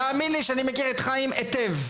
תאמין לי שאני מכיר את חיים היטב.